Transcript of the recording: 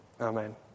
Amen